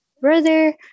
brother